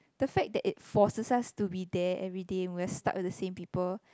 the fact that it forces us to be there everyday and we're stuck with the same people